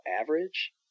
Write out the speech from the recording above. average